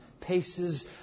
paces